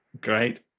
great